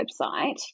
website